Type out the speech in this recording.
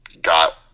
got